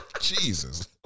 Jesus